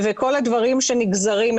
וכל הדברים שנגזרים,